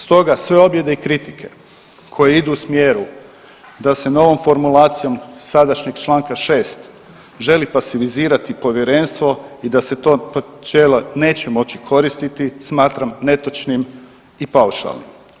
Stoga sve objede i kritike koje idu u smjeru da se novom formulacijom sadašnjeg Članka 6. želi pasivizirati povjerenstvo i da se to načelo neće moći koristiti smatram netočnim i paušalnim.